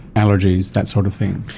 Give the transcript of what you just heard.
allergies, that sort of thing.